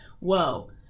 Whoa